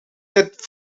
dit